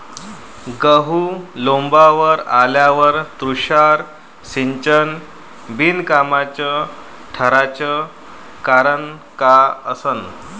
गहू लोम्बावर आल्यावर तुषार सिंचन बिनकामाचं ठराचं कारन का असन?